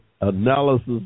analysis